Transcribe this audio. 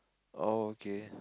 oh okay